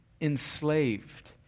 enslaved